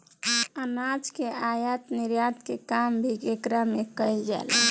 अनाज के आयत निर्यात के काम भी एकरा में कईल जाला